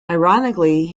ironically